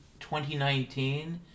2019